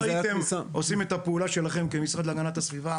הייתם עושים את הפעולה שלכם כמשרד להגנת הסביבה,